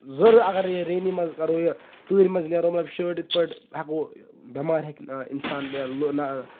ضروٗری اَگر رینی منٛز اَگر کرو یہِ تۭرِ منٛز نیرو مطلب شٲٹ یِتھۍ پٲٹھۍ ہیٚکو بیمار ہیٚکہِ اِنسان